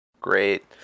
Great